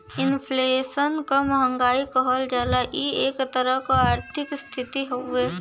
inflation क महंगाई कहल जाला इ एक तरह क आर्थिक स्थिति हउवे